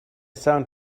sound